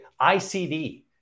ICD